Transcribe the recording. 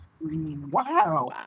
Wow